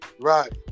Right